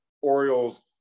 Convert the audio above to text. Orioles